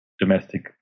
domestic